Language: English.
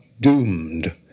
doomed